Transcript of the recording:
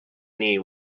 knee